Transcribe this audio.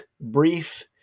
brief